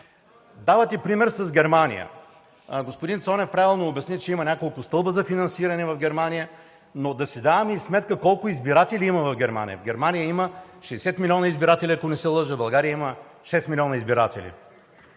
Давате пример с Германия. Господин Цонев правилно обясни, че има няколко стълба за финансиране в Германия, но да си даваме и сметка колко избиратели има в Германия. В Германия има 60 милиона избиратели, ако не се лъжа, а в България има шест милиона избиратели.